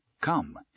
Come